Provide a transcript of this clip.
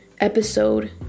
episode